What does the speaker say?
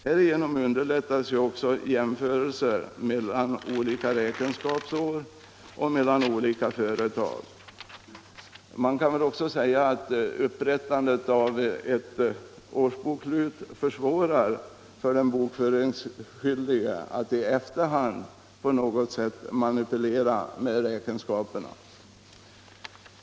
Härigenom underlättas också jämförelser mellan olika räkenskapsår och mellan olika företag. Man kan väl även säga att upprättandet av ett årsbokslut försvårar för den bokföringsskyldige att i efterhand på något sätt manipulera med räkenskaperna.